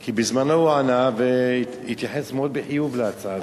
כי בזמנו הוא ענה והתייחס מאוד בחיוב להצעה הזאת.